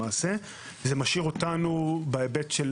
זה משאיר אותנו בהיבט של